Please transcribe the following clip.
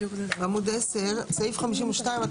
שרון,